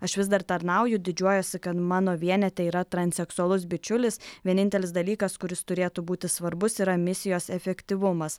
aš vis dar tarnauju didžiuojuosi kad mano vienete yra transseksualus bičiulis vienintelis dalykas kuris turėtų būti svarbus yra misijos efektyvumas